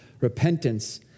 repentance